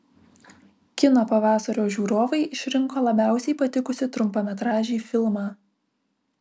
kino pavasario žiūrovai išrinko labiausiai patikusį trumpametražį filmą